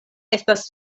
estas